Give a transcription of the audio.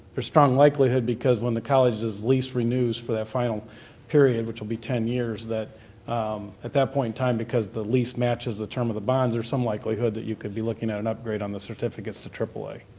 there's strong likelihood because when the college's lease renews for that final period, which will be ten years, that at that point in time because the lease matches the term of the bonds there's some likelihood that you could be looking at an upgrade on the certificates to triple a.